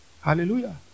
Hallelujah